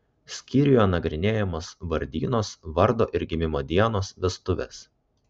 skyriuje nagrinėjamos vardynos vardo ir gimimo dienos vestuvės